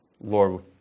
Lord